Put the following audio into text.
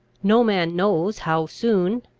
no man knows how soon.